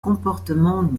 comportement